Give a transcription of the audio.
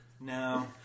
No